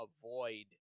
avoid